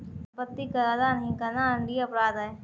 सम्पत्ति कर अदा नहीं करना दण्डनीय अपराध है